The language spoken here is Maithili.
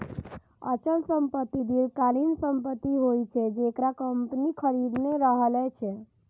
अचल संपत्ति दीर्घकालीन संपत्ति होइ छै, जेकरा कंपनी खरीदने रहै छै